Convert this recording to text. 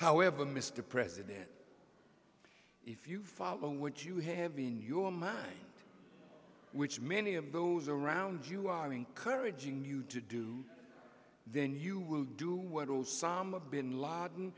however mr president if you follow what you have in your mind which many of those around you are encouraging you to do then you will do what will some of bin laden